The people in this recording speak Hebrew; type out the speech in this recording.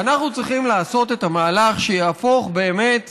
אנחנו צריכים לעשות את המהלך שיהפוך באמת